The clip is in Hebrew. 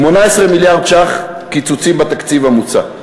18 מיליארד ש"ח קיצוצים בתקציב המוצע.